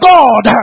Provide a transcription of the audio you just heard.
God